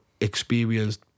experienced